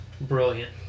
Brilliant